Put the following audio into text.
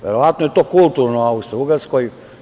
Verovatno je to kulturno u Austrougarskoj.